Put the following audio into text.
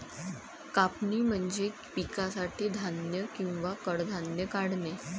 कापणी म्हणजे पिकासाठी धान्य किंवा कडधान्ये काढणे